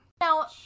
Now